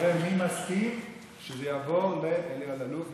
נראה מי מסכים שזה יעבור לאלי אלאלוף,